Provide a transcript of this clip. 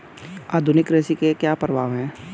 आधुनिक कृषि के क्या प्रभाव हैं?